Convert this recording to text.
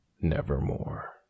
nevermore